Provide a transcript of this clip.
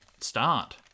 start